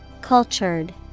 Cultured